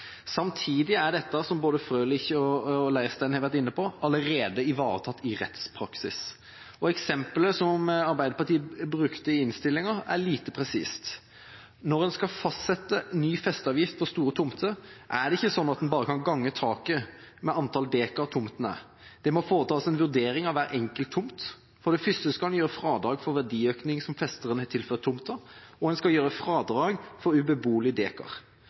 Samtidig er dette, som både Frølich og Leirstein har vært inne på, allerede ivaretatt i rettspraksis, og eksemplet som Arbeiderpartiet bruker i innstillinga, er lite presist. Når en skal fastsette ny festeavgift for store tomter, er det ikke slik at en bare kan gange «taket» med antall dekar tomta er. Det må foretas en vurdering av hver enkelt tomt. For det første skal en gjøre fradrag for verdiøkning som festeren har tilført tomta, og en skal gjøre fradrag for